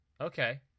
Okay